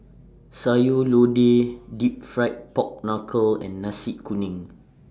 Sayur Lodeh Deep Fried Pork Knuckle and Nasi Kuning